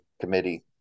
committee